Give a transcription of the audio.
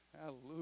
Hallelujah